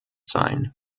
sein